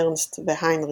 ארנסט והיינריך,